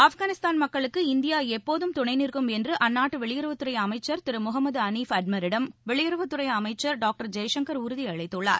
ஆப்கானிஸ்தான் மக்களுக்கு இந்தியா எப்போதும் துணை நிற்கும் என்று அந்நாட்டு வெளியுறவுத் துறை அமைச்சர் திரு முகமது அளீப் அட்மரிடம் வெளியுறவுத் துறை அமைச்சர் டாக்டர் ஜெய்சங்கர் உறுதி அளித்துள்ளார்